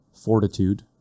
Fortitude